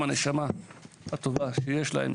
הנשמה הטובה שיש להם,